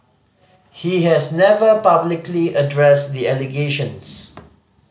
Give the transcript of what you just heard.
he has never publicly addressed the allegations